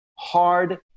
hard